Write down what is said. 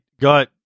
got